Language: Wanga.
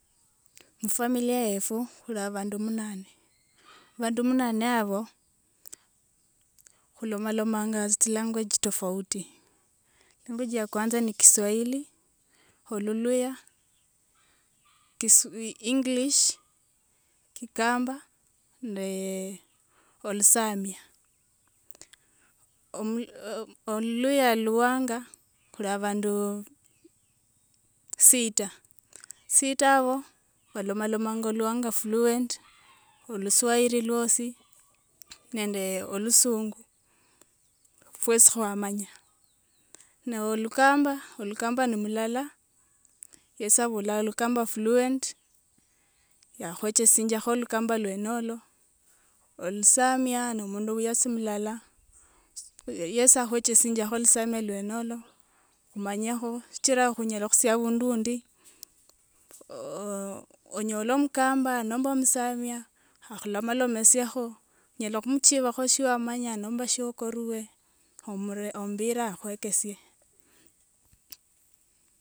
Mufamiliya yefu khuli abandu munane. Bandu munane abo, khulomalomanga tsilanguage tofauti, language yakwanza ni kiswahili, eluluya, kisu english, kikamba ndee olusamia. Omul- al- oluluya luwanga khuli abandu sita, sita abo balomalomanga oluwanga fluent, oluswayiri lwosi nende olusunga fwesi khwamanya. Naa olukamba, olukamba ni mulala yesi abolaa lukamba fluent, yakhwechesinjiakho lukamba lwene olo. Olusamia ni munde wayesi mulala, si yesi akhwechesinjiakho lusamia lwene olo manyekho shichira khunyala khutsia abundu wundi ooo onyole mkamba nomba msamia akhulomalomasiekho, onyala khumuchibakho shewamanya nomba shiokoruwe omure omubira akhwekesia.